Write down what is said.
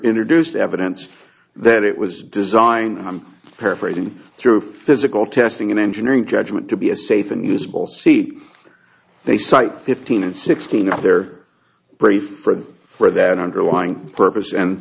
introduced evidence that it was designed i'm paraphrasing through physical testing and engineering judgment to be a safe unusable seat they cite fifteen and sixteen other preferred for that underlying purpose and